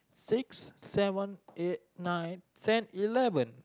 six seven eight nine ten eleven